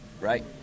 right